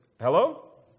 Hello